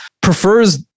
prefers